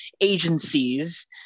agencies